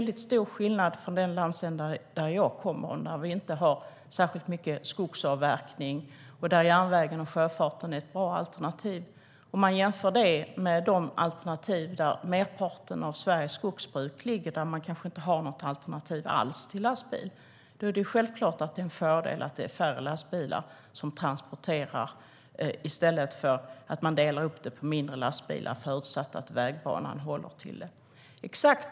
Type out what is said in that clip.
Den landsända jag kommer ifrån har inte särskilt mycket skogsavverkning, och där är järnvägen och sjöfarten bra alternativ. Detta kan man jämföra med de landskap där merparten av Sveriges skogsbruk ligger. Där har man kanske inte något alternativ till lastbil. Då är det självklart en fördel att det är färre lastbilar som transporterar i stället för att man delar upp det på mindre lastbilar, förutsatt att vägbanan håller till det.